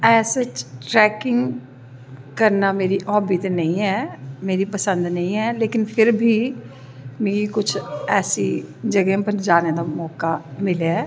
ऐसे ट्रैकिंग करनां मेरी हॉब्बी ते नेंई ऐ मेरी पसंद ते नेंई ते लेकिन फिर बी मिगी कुश ऐसे जगह् पर जानें दा मौका मिलेआ ऐ